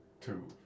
Two